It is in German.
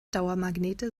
dauermagnete